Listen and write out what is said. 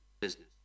business